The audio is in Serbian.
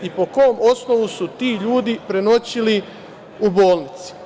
Po kom osnovu su ti ljudi prenoćili u bolnici?